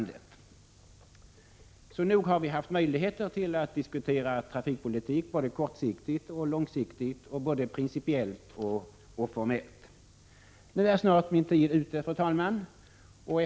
Därför har vi haft möjlighet att diskutera trafikpolitik såväl kortsiktigt och långsiktigt som principiellt och formellt. Nu är, fru talman, min taletid snart ute.